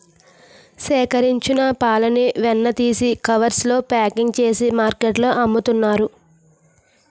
సేకరించిన పాలని వెన్న తీసి కవర్స్ లో ప్యాకింగ్ చేసి మార్కెట్లో అమ్ముతున్నారు